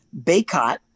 Baycott